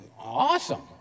Awesome